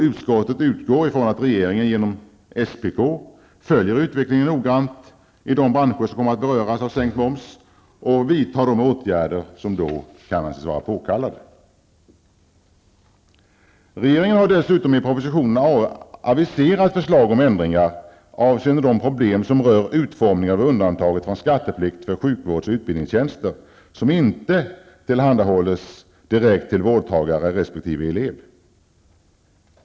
Utskottet utgår från att regeringen genom SPK följer utvecklingen noggrant i de branscher som kommer att beröras av sänkt moms och vidtar de åtgärder som kan anses vara påkallade. Regeringen har dessutom i propositionen aviserat förslag om ändringar avseende de problem som rör utformningen av undantaget från skatteplikt för sjukvårds och utbildningstjänster som inte tillhandahålls direkt till vårdtagare resp. elev.